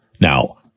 Now